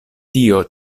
tio